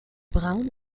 braun